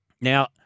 Now